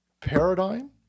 paradigm